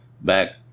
back